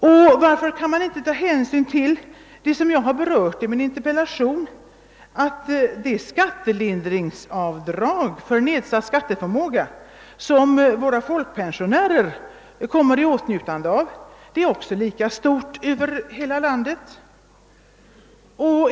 Och varför inte också ta hänsyn till det som jag har berört i min interpellation, att det skattelindringsavdrag för nedsatt skatteförmåga som våra folkpensionärer kommer i åtnjutande av, även är lika stort över hela landet?